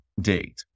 date